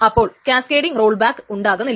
അപ്പോൾ cascading roll back ഉണ്ടാകുന്നില്ല